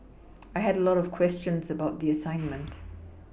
I had a lot of questions about the assignment